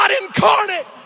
incarnate